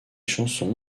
chansons